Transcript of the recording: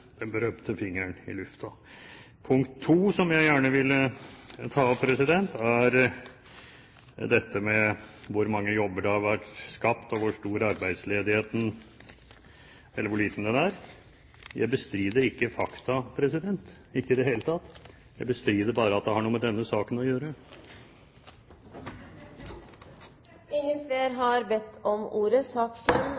den berømmelige fingeren i lufta. Punkt to som jeg gjerne vil ta opp, er dette om hvor mange jobber som har blitt skapt og hvor stor – eller hvor liten – arbeidsledigheten er. Jeg bestrider ikke fakta, ikke i det hele tatt, jeg bestrider bare at det har noe med denne saken å